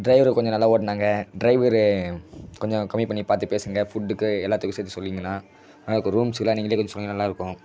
driver கொஞ்சம் நல்லா ஓட்டுனாங்க ட்ரைவரு கொஞ்சம் கம்மி பண்ணி பார்த்து பேசுங்கள் ஃபுட்டுக்கு எல்லாத்துக்கும் சேர்த்து சொல்லிங்கனா ரூம்ஸ்க்குலாம் நீங்களே கொஞ்சம் சொன்னிங்கனால் நல்லா இருக்கும்